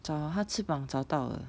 orh 他翅膀找到了